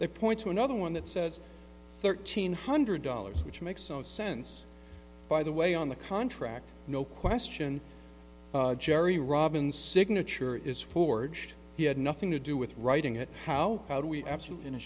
they point to another one that says thirteen hundred dollars which makes some sense by the way on the contract no question jerry robbins signature is forged he had nothing to do with writing it how do we absolutely in a